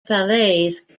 falaise